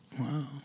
Wow